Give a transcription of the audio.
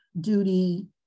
duty